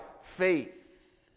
faith